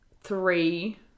three